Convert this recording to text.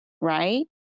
right